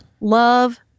love